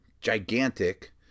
gigantic